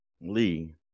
Lee